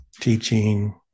teaching